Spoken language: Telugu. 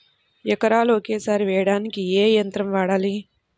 ఎకరాలు ఒకేసారి వేయడానికి ఏ యంత్రం వాడాలి?